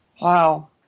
Wow